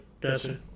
gotcha